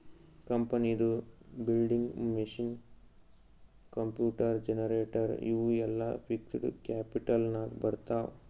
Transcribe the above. ಕಂಪನಿದು building, machine, computer, generator ಇವು ಎಲ್ಲಾ ಫಿಕ್ಸಡ್ ಕ್ಯಾಪಿಟಲ್ ನಾಗ್ ಬರ್ತಾವ್